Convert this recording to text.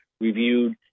reviewed